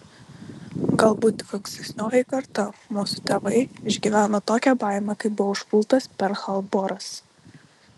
galbūt tik ankstesnioji karta mūsų tėvai išgyveno tokią baimę kai buvo užpultas perl harboras